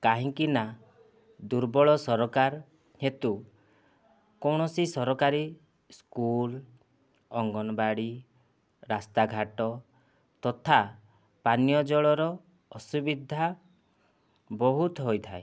କାହିଁକିନା ଦୁର୍ବଳ ସରକାର ହେତୁ କୌଣସି ସରକାରୀ ସ୍କୁଲ ଅଙ୍ଗନବାଡ଼ି ରାସ୍ତାଘାଟ ତଥା ପାନୀୟ ଜଳର ଅସୁବିଧା ବହୁତ ହୋଇଥାଏ